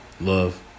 Love